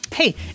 Hey